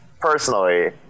personally